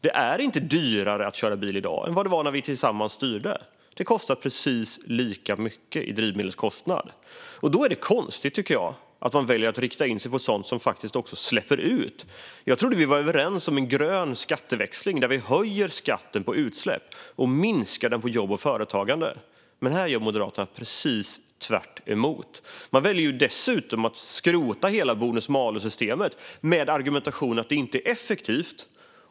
Det är inte dyrare att köra bil i dag än det var när vi tillsammans styrde. Kostnaden för drivmedel är precis lika hög. Då tycker jag att det är konstigt att välja att rikta in sig på sådant som faktiskt också ger utsläpp. Jag trodde att vi var överens om en grön skatteväxling, där vi höjer skatten på utsläpp och minskar den på jobb och företagande. Men här gör Moderaterna precis tvärtemot. De väljer dessutom att skrota hela bonus-malus-systemet med argumentationen att det inte är effektivt.